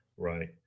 Right